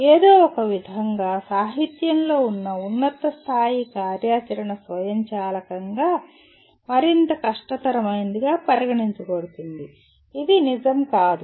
ఏదో ఒకవిధంగా సాహిత్యంలో ఉన్నత స్థాయి కార్యాచరణ స్వయంచాలకంగా మరింత కష్టతరమైనదిగా పరిగణించబడుతుంది ఇది నిజం కాదు